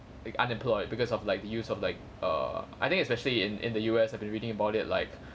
like unemployed because of like the use of like err I think especially in in the U_S I've been reading about it like